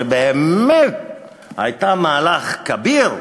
שבאמת הייתה מהלך כביר,